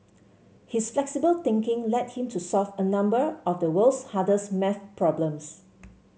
his flexible thinking led him to solve a number of the world's hardest maths problems